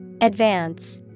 Advance